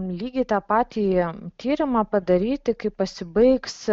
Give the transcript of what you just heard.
lygiai tą patį tyrimą padaryti kai pasibaigs